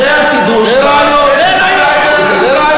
זה רעיון.